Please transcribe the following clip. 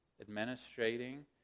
administrating